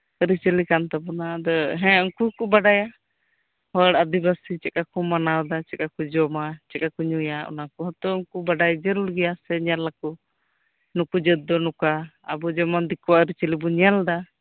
ᱟᱨᱤ ᱪᱟᱞᱤ ᱠᱟᱱ ᱛᱟᱵᱚᱱᱟ ᱟᱫᱚ ᱦᱮᱸ ᱩᱝᱠᱩ ᱦᱚᱸ ᱠᱚ ᱵᱟᱰᱟᱭᱟ ᱦᱚᱲ ᱟᱫᱤᱵᱟᱥᱤ ᱪᱮᱜ ᱠᱟ ᱠᱚ ᱢᱟᱱᱟᱣ ᱫᱟ ᱪᱮᱜ ᱠᱟ ᱠᱚ ᱡᱚᱢᱟ ᱪᱮᱜ ᱠᱟ ᱠᱚ ᱧᱩᱭᱟ ᱚᱱᱟ ᱠᱚ ᱦᱚᱸᱛᱚ ᱩᱝᱠᱩ ᱵᱟᱰᱟᱭ ᱡᱟᱨᱩᱲ ᱜᱮᱭᱟ ᱥᱮ ᱧᱮᱞᱟᱠᱚ ᱱᱩᱠᱩ ᱡᱟᱹᱛ ᱫᱚ ᱱᱚᱝᱠᱟ ᱟᱵᱚ ᱡᱮᱢᱚᱱ ᱫᱤᱠᱩᱣᱟᱜ ᱟᱨᱤᱪᱟᱞᱤ ᱵᱚᱱ ᱧᱮᱞ ᱮᱫᱟ